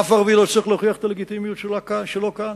אף ערבי לא צריך להוכיח את הלגיטימיות שלו כאן.